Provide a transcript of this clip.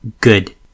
good